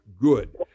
good